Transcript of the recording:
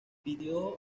pidió